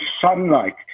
sunlight